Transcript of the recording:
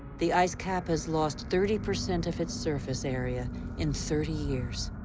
the ice cap has lost thirty percent of its surface area in thirty years.